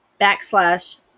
backslash